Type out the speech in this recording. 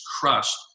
crushed